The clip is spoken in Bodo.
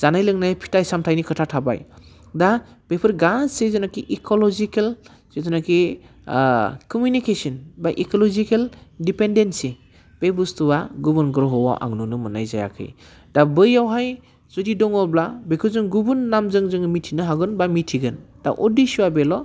जानाय लोंनाय फिथाइ सामथाइनि खोथा थाबाय दा बेफोर गासै जेनाखि इक'लजिकेल जिथुनाखि कमिउनिकेसन बा इक'लजिकेल डिपेनदेन्सि बे बुस्थुवा गुबुन ग्रहआव आं नुनो मोननाय जायाखै दा बैयावहाय जुदि दङब्ला बेखौ जों गुबुन नामजों जोङो मिथिनो हागोन बा मिथिगोन दा उदिस्स'आ बेल'